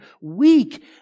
weak